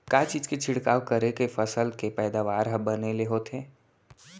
का चीज के छिड़काव करें ले फसल के पैदावार ह बने ले होथे?